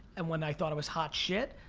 and when i thought it was hot shit,